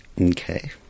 Okay